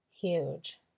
huge